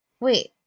Wait